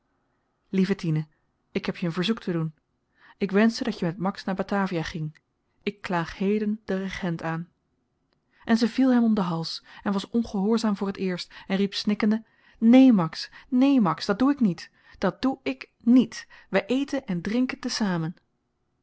lieve tine ik heb je een verzoek te doen ik wenschte dat je met max naar batavia ging ik klaag heden den regent aan en ze viel hem om den hals en was ongehoorzaam voor het eerst en riep snikkende neen max neen max dat doe ik niet dat doe ik niet wy eten en drinken tezamen